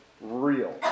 real